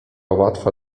łatwa